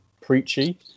preachy